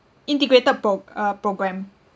integrated pro~ uh program